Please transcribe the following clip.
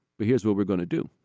but here's what we're gonna do.